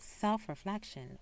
self-reflection